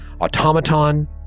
automaton